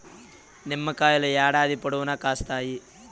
నిమ్మకాయలు ఏడాది పొడవునా కాస్తాయి